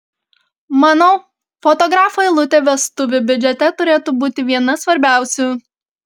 manau fotografo eilutė vestuvių biudžete turėtų būti viena svarbiausių